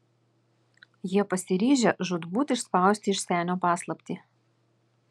jie pasiryžę žūtbūt išspausti iš senio paslaptį